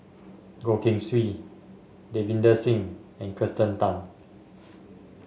Goh Keng Swee Davinder Singh and Kirsten Tan